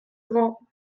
grand